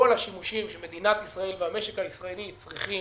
השימושים שמדינת ישראל והמשק הישראלי צריכים